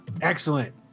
Excellent